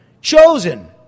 Chosen